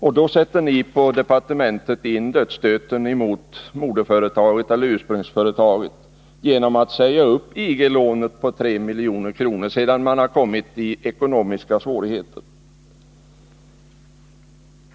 Och då sätter ni på departementet in dödsstöten mot ursprungsföretaget genom att säga upp IG-lånet på 3 milj.kr. när företaget har kommit i ekonomiska svårigheter.